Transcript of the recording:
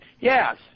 yes